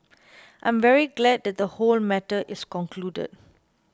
I am very glad that the whole matter is concluded